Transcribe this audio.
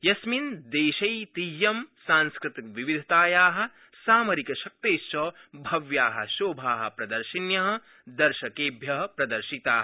यस्मिन् देशैतिह्यं सांस्कृतिकविविधतायाः सामरिकशक्तेः च भव्याः शोभाः प्रदर्शिन्यः दर्शकेभ्यः प्रदर्शिताः